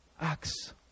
acts